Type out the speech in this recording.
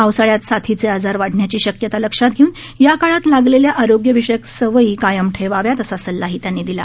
पावसाळ्यात साथीचे आजार वाढण्याची शक्यता लक्षात घेऊन या काळात लागलेल्या आरोग्यविषयक सवयी कायम ठेवाव्यात असा सल्लाही त्यांनी दिला